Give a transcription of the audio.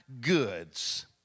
goods